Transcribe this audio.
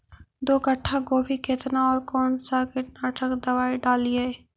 दो कट्ठा गोभी केतना और कौन सा कीटनाशक दवाई डालिए?